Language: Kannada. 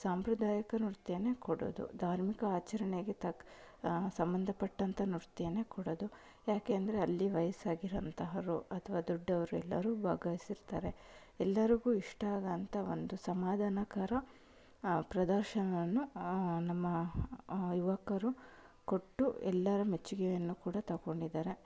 ಸಾಂಪ್ರದಾಯಿಕ ನೃತ್ಯನೇ ಕೊಡೋದು ಧಾರ್ಮಿಕ ಆಚರಣೆಗೆ ತಕ್ಕ ಸಂಬಂಧಪಟ್ಟಂಥ ನೃತ್ಯನೇ ಕೊಡೋದು ಯಾಕೆಂದರೆ ಅಲ್ಲಿ ವಯಸ್ಸಾಗಿರೋಂತಹರೊ ಅಥವಾ ದೊಡ್ಡವ್ರು ಎಲ್ಲರೂ ಭಾಗವಹಿಸಿರ್ತಾರೆ ಎಲ್ಲರಿಗೂ ಇಷ್ಟ ಆಗೋಂಥ ಒಂದು ಸಮಾಧಾನಕರ ಪ್ರದರ್ಶನವನ್ನು ನಮ್ಮ ಯುವಕರು ಕೊಟ್ಟು ಎಲ್ಲರ ಮೆಚ್ಚುಗೆಯನ್ನು ಕೂಡ ತೊಗೊಂಡಿದಾರೆ